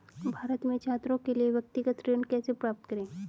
भारत में छात्रों के लिए व्यक्तिगत ऋण कैसे प्राप्त करें?